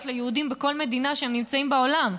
ליהודים בכל מדינה שבה הם נמצאים בעולם.